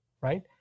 right